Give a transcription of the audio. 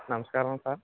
నమస్కారం సార్